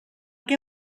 què